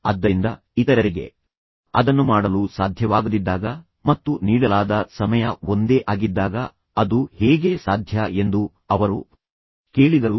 ಆದ್ದರಿಂದ ಇತರರಿಗೆ ಅದನ್ನು ಮಾಡಲು ಸಾಧ್ಯವಾಗದಿದ್ದಾಗ ಮತ್ತು ನೀಡಲಾದ ಸಮಯ ಒಂದೇ ಆಗಿದ್ದಾಗ ಅದು ಹೇಗೆ ಸಾಧ್ಯ ಎಂದು ಅವರು ಕೇಳಿದರು